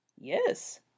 yes